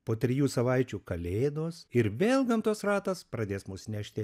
po trijų savaičių kalėdos ir vėl gamtos ratas pradės mus nešti